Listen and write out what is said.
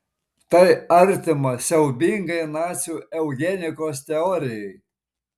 tai artima siaubingai nacių eugenikos teorijai